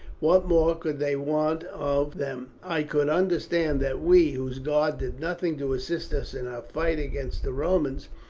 what more could they want of them? i could understand that we, whose god did nothing to assist us in our fight against the romans,